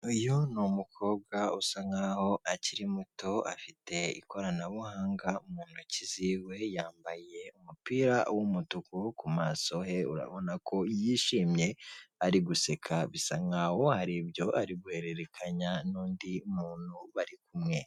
Uyu ni umukobwa usa nkaho akiri muto afite ikoranabuhanga mu ntoki ziwe yambaye umupira w'umutuku ku maso he urabona ko yishimye ari guseka bisa nk'aho hari ibyo ari guhererekanya n'undi muntu bari kumwe.